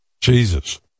Jesus